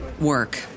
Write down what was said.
work